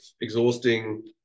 exhausting